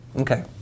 Okay